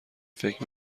فکر